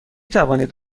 توانید